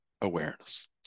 awareness